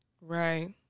Right